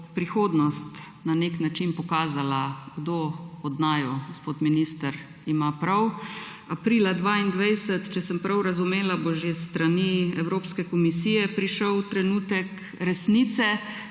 prihodnost na nek način pokazala, kdo od naju, gospod minister, ima prav. Aprila 2022, če sem prav razumela, bo že s strani Evropske komisije prišel trenutek resnice.